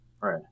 Right